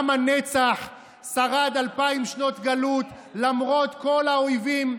עם הנצח שרד אלפיים שנות גלות למרות כל האויבים,